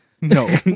No